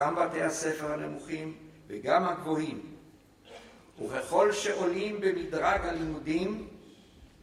גם בתי הספר הנמוכים וגם הגבוהים. וככל שעולים במדרג הלימודים